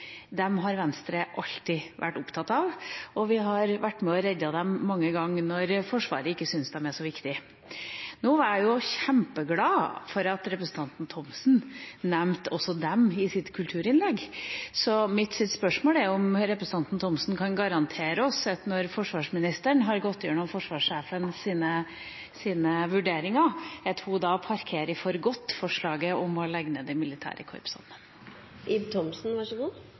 har Venstre alltid vært opptatt av, og vi har vært med og reddet dem mange ganger når Forsvaret ikke har syntes de er så viktige. Nå er jeg jo kjempeglad for at representanten Thomsen nevnte også dem i sitt kulturinnlegg. Så mitt spørsmål er om representanten Thomsen kan garantere oss at når forsvarsministeren har gått gjennom forsvarssjefens vurderinger, parkerer hun for godt forslaget om å legge ned de militære